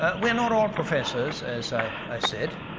ah we're not all professors, as i said,